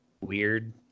weird